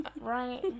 Right